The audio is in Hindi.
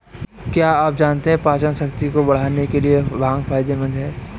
क्या आप जानते है पाचनशक्ति को बढ़ाने के लिए भांग फायदेमंद है?